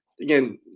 again